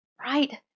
right